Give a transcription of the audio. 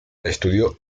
estudió